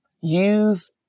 Use